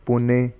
Pune